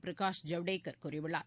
பிரகாஷ் ஜவ்டேகர் கூறியுள்ளார்